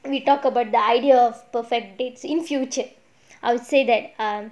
we talk about the idea of perfect dates in future I would say that um